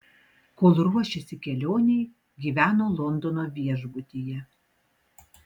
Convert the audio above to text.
kol ruošėsi kelionei gyveno londono viešbutyje